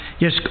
Yes